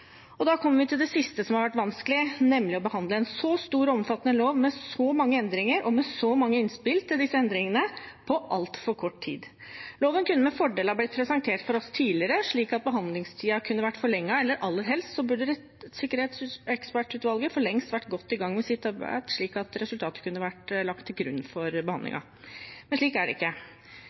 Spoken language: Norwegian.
Da kommer vi til det siste som har vært vanskelig, nemlig å behandle en så stor og omfattende lov med så mange endringer og med så mange innspill til disse endringene på altfor kort tid. Loven kunne med fordel ha blitt presentert for oss tidligere, slik at behandlingstiden kunne ha blitt forlenget. Aller helst burde rettssikkerhetsutvalget for lengst vært godt i gang med sitt arbeid, slik at resultatet kunne vært lagt til grunn for behandlingen. Men slik er det ikke.